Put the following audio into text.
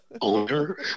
owner